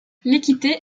l’équité